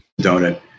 Donut